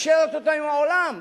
שמתקשר אותו עם העולם.